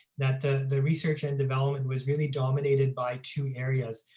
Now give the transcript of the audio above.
that the the research and development was really dominated by two areas,